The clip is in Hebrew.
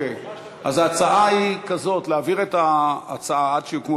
מה שאתם רוצים.